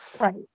Right